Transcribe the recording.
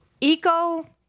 eco